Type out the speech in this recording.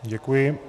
Děkuji.